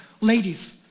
Ladies